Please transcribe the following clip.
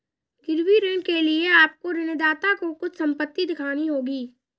गिरवी ऋण के लिए आपको ऋणदाता को कुछ संपत्ति दिखानी होगी